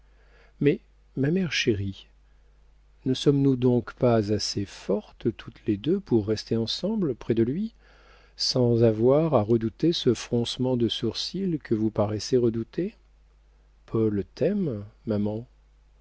mais ma mère chérie ne sommes-nous donc pas assez fortes toutes les deux pour rester ensemble près de lui sans avoir à redouter ce froncement de sourcils que vous paraissez redouter paul t'aime maman